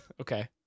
Okay